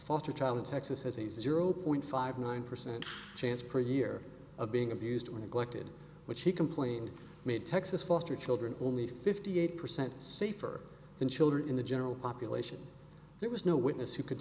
foster child in texas has a zero point five nine percent chance per year of being abused or neglected which he complained made texas foster children only fifty eight percent safer than children in the general population there was no witness who could